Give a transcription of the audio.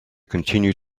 continued